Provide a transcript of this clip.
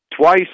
twice